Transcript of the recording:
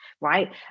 right